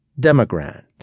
Demogrant